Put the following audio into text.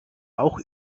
auch